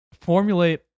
formulate